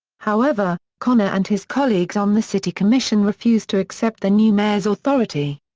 however, connor and his colleagues on the city commission refused to accept the new mayor's authority.